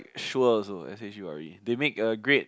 shure also s_h_u_r_e they make a great